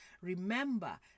remember